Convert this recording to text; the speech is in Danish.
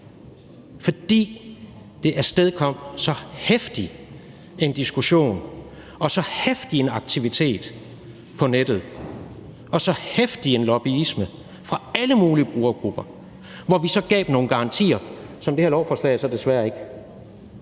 fordi det afstedkom så heftig en diskussion og så heftig en aktivitet på nettet og så heftig en lobbyisme fra alle mulige brugergruppers side. Vi gav dem så nogle garantier, som det her lovforslag desværre ikke